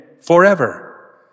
forever